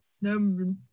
number